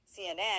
CNN